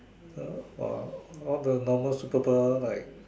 uh !wow! all the normal super power like